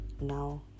now